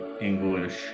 English